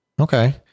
Okay